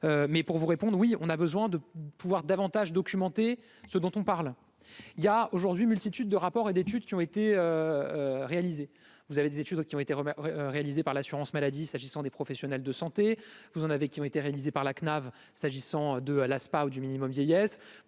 mais pour vous répondre : oui on a besoin de pouvoir davantage documenté, ce dont on parle, il y a aujourd'hui multitude de rapports et d'études qui ont été réalisées, vous avez des études qui ont été réalisées par l'assurance maladie s'agissant des professionnels de santé, vous en avez qui ont été réalisées par la CNAV, s'agissant de à l'ASPA ou du minimum vieillesse,